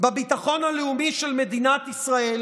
בביטחון הלאומי של מדינת ישראל